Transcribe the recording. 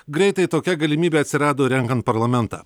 greitai tokia galimybė atsirado renkant parlamentą